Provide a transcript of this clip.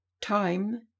Time